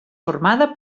formada